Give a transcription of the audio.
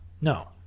no